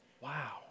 Wow